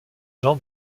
jean